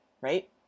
right